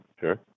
Sure